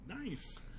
Nice